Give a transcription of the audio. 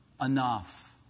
enough